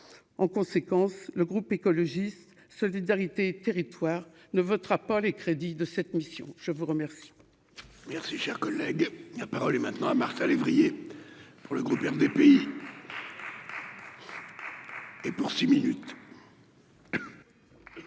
en conséquence le groupe écologiste solidarité et territoires ne votera pas les crédits de cette mission, je vous remercie. Merci, cher collègue, il a parole est maintenant à Martin lévrier pour le groupe RDPI. Et pour six minutes. Bien.